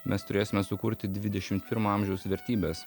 mes turėsime sukurti dvidešim pirmo amžiaus vertybes